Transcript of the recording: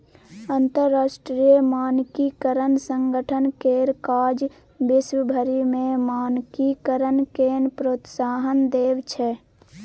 अंतरराष्ट्रीय मानकीकरण संगठन केर काज विश्व भरि मे मानकीकरणकेँ प्रोत्साहन देब छै